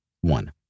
One